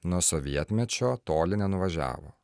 nuo sovietmečio toli nenuvažiavo